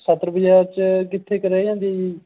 ਸਦਰ ਬਜ਼ਾਰ 'ਚ ਕਿੱਥੇ ਕੁ ਰਹਿ ਜਾਂਦੀ ਜੀ